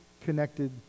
connected